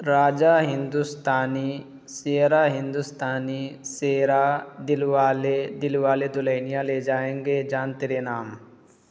راجا ہندوستانی شیرا ہندوستانی شیرا دل والے دل والے دلہنیا لے جائیں گے جان تیرے نام